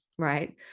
Right